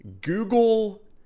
Google